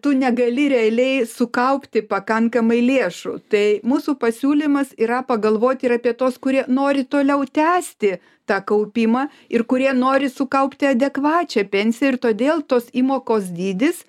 tu negali realiai sukaupti pakankamai lėšų tai mūsų pasiūlymas yra pagalvoti ir apie tuos kurie nori toliau tęsti tą kaupimą ir kurie nori sukaupti adekvačią pensiją ir todėl tos įmokos dydis